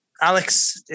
Alex